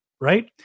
right